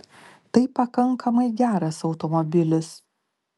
tai pakankamai geras automobilis